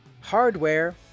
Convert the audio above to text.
Hardware